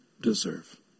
deserve